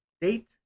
date